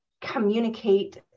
communicate